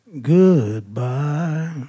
goodbye